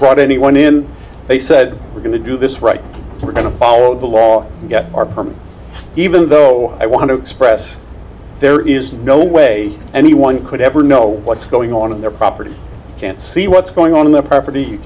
brought anyone in they said we're going to do this right we're going to follow the law get our permit even though i want to express there is no way anyone could ever know what's going on in their property can't see what's going on in the property